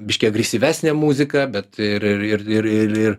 biškį agresyvesna muzika bet ir